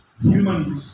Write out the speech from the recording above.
human